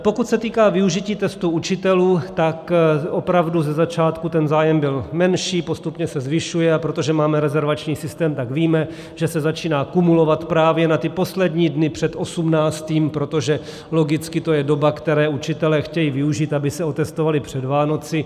Pokud se týká využití testů učitelů, tak opravdu ze začátku ten zájem byl menší, postupně se zvyšuje, a protože máme rezervační systém, tak víme, že se začíná kumulovat právě na ty poslední dny před osmnáctým, protože logicky to je doba, které učitelé chtějí využít, aby se otestovali před Vánoci.